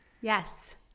Yes